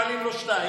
מעלים לו ב-2,